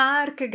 Mark